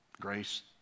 grace